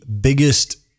biggest